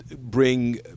bring